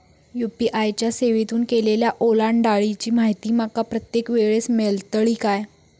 UPI च्या सेवेतून केलेल्या ओलांडाळीची माहिती माका प्रत्येक वेळेस मेलतळी काय?